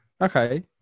Okay